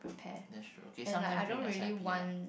that's true ok sometime during S_I_P lah